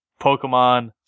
Pokemon